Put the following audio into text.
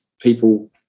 people